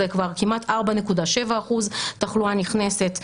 זה כבר כמעט 4.7% תחלואה נכנסת.